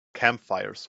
campfires